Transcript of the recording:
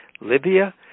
Libya